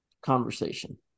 conversation